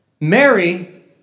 Mary